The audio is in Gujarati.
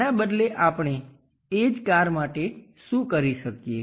તેના બદલે આપણે એ જ કાર માટે શું કરી શકીએ